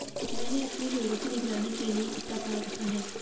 मैंने अपने भेड़ों की निगरानी के लिए कुत्ता पाल रखा है